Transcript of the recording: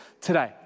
today